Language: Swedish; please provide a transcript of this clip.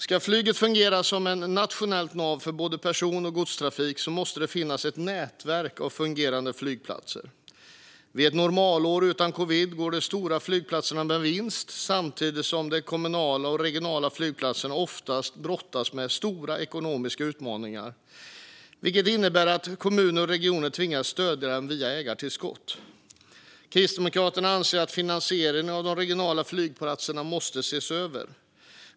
Ska flyget fungera som ett nationellt nav för både person och godstrafik måste det finnas ett nätverk av fungerande flygplatser. Vid ett normalår utan covid går de stora flygplatserna med vinst samtidigt som de kommunala och regionala flygplatserna ofta brottas med stora ekonomiska utmaningar, vilket innebär att kommuner och regioner tvingas stödja dem via ägartillskott. Kristdemokraterna anser att finansieringen av de regionala flygplatserna måste ses över.